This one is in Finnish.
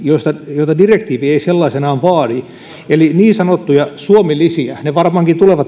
joita direktiivi ei sellaisenaan vaadi eli niin sanottuja suomi lisiä ne varmaankin tulevat